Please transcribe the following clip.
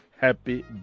Happy